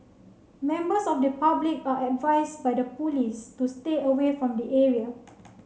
members of the public are advise by the police to stay away from the area